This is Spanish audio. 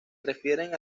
refieren